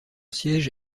siège